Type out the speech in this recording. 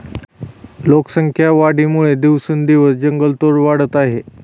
लोकसंख्या वाढीमुळे दिवसेंदिवस जंगलतोड वाढत आहे